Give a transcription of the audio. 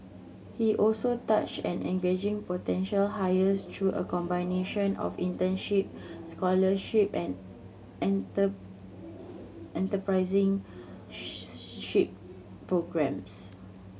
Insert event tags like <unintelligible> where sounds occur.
he also touched an engaging potential hires through a combination of internship scholarship and <unintelligible> programmes